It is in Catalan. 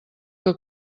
que